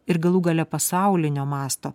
ir galų gale pasaulinio masto